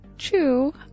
true